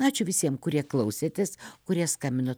ačiū visiem kurie klausėtės kurie skambino